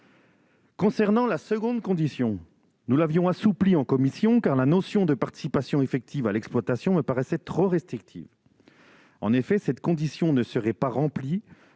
Quant à la seconde condition, nous l'avions assouplie en commission, car la notion de participation effective à l'exploitation me paraissait trop restrictive : cette condition ne serait pas remplie